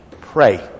pray